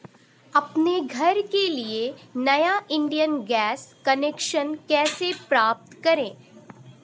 अपने घर के लिए नया इंडियन गैस कनेक्शन कैसे प्राप्त करें?